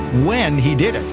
when he did it,